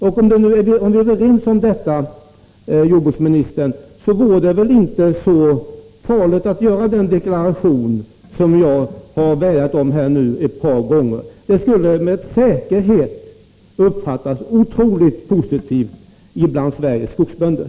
Om vi är överens om detta, jordbruksministern, vore det väl inte så farligt att avge den deklaration som jag nu har vädjat om ett par gånger? En sådan deklaration skulle med säkerhet uppfattas otroligt positivt bland Sveriges skogsbönder.